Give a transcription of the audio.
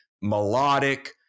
melodic